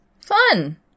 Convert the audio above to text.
Fun